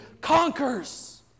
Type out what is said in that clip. conquers